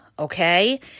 Okay